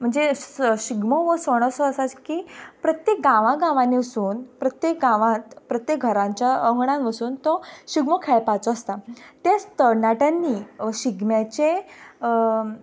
म्हणजे शिगमो हो सण असो आसा की प्रत्येक गांवागांवांनी वचून प्रत्येक गांवांत प्रत्येक घराच्या अंगणान वचून तो शिगमो खेळपाचो आसता तेच तरणाट्यांनी शिगम्याचें